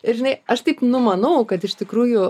ir žinai aš tik numanau kad iš tikrųjų